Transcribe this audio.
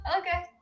Okay